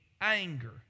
anger